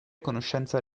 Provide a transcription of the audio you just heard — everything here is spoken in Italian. conoscenza